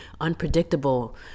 unpredictable